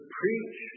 preach